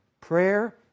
Prayer